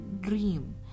dream